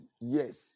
Yes